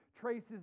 traces